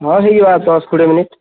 ହଁ ହେଇଯିବା ଦଶ କୁଡ଼େ ମିନିଟ୍